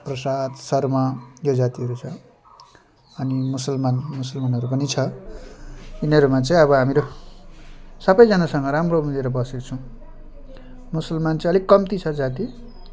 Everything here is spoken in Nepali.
प्रसाद शर्मा यो जातिहरू छ अनि मुसुलमान मुसुलमानहरू पनि छ यिनीहरूमा चाहिँ अब हामीरू सबैजनासँग राम्रो मिलेर बसेको छौँ मुसुलमान चाहिँ अलिक कम्ती छ जाति